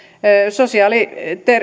sosiaali